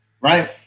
Right